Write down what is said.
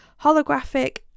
holographic